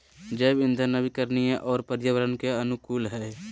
जैव इंधन नवीकरणीय और पर्यावरण के अनुकूल हइ